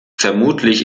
vermutlich